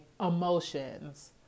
emotions